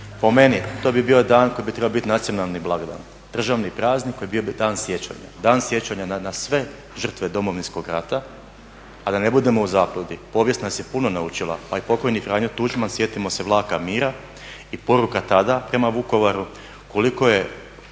Po meni to bi bio dan koji bi trebao biti nacionalni blagdan, državni praznik koji bi bio dan sjećanja, dan sjećanja na sve žrtve Domovinskog rata, a da ne budemo u zabludi. Povijest nas je puno naučila. Pa i pokojni Franjo Tuđman, sjetimo se vlaka mira i poruka tada prema Vukovaru koliko je